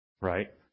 right